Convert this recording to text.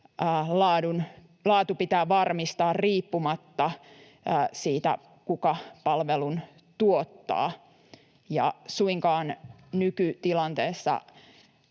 laatu pitää varmistaa riippumatta siitä, kuka palvelun tuottaa. Nykytilanteessa